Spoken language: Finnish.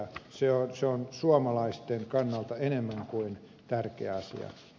se on suomalaisten kannalta enemmän kuin tärkeä asia